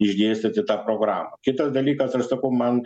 išdėstyti tą programą kitas dalykas aš sakau man